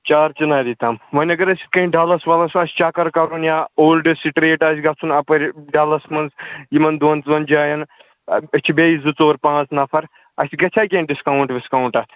چار چِناری تام وۄنۍ اگر اَسہِ یِتھ کَنۍ ڈَلَس وَلَس آسہِ چَکَر کَرُن یا اول سٹرٛیٖٹ آسہِ گژھُن اَپٲرۍ ڈَلَس منٛز یِمَن دۄن ژۄن جایَن أسۍ چھِ بیٚیہِ زٕ ژور پانٛژھ نَفَر اَسہِ گژھیٛا کیٚنٛہہ ڈِسکاوُنٛٹ وِسکاوُنٛٹ اَتھ